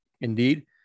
Indeed